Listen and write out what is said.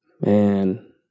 Man